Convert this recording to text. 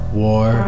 war